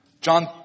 John